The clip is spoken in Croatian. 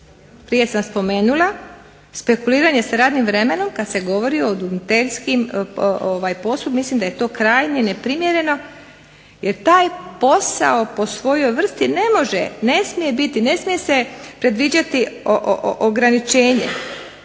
Prije sam spomenula spekuliranje s radnim vremenom kada se govori o udomiteljskom poslu, mislim da je to krajnje neprimjereno jer taj posao po svojoj vrsti ne može, ne smije biti, ne smije se predviđati ograničenje,